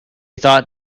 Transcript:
thought